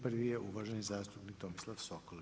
Prvi je uvaženi zastupnik Tomislav Sokol.